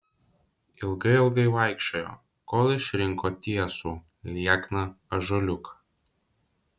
ilgai ilgai vaikščiojo kol išrinko tiesų liekną ąžuoliuką